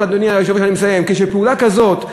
כשפעולה כזאת,